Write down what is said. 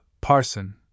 Parson